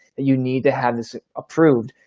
that you need to have this approved.